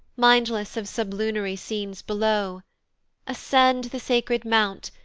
mindless of sublunary scenes below ascend the sacred mount,